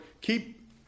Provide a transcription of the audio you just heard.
keep